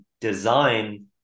design